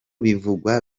bivugwa